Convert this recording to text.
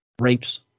rapes